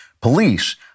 police